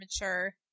mature